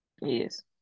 yes